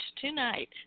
tonight